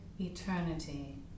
eternity